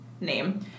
name